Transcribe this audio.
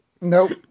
Nope